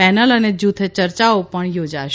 panel અને જૂથ ચ ર્ચાઓ પણ યોજાશે